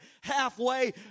halfway